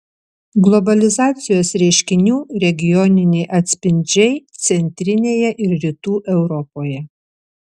globalizacijos reiškinių regioniniai atspindžiai centrinėje ir rytų europoje